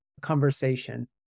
conversation